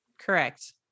Correct